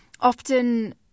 often